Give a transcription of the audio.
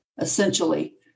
essentially